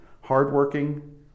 hardworking